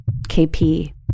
KP